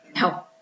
No